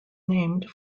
named